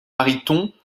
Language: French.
mariton